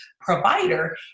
provider